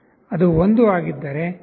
ಅದು 1 ಆಗಿದ್ದರೆ ನೀವು 1